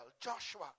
Joshua